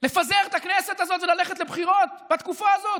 לפזר את הכנסת הזאת וללכת לבחירות בתקופה הזאת?